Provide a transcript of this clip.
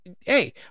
hey